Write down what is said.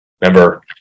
Remember